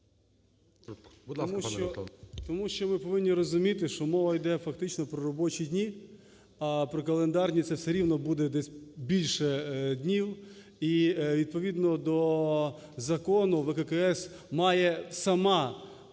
Тому що ви повинні розуміти, що мова йде фактично про робочі дні, а про календарні це все рівно буде десь більше днів. І відповідно до закону ВККС має сама